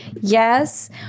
yes